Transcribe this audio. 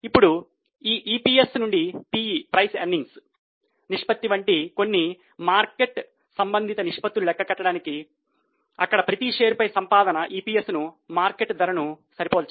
ఇప్పుడు ఈ EPS నుండి PE ను మార్కెట్ ధరను సరిపోల్చండి